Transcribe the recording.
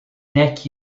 neck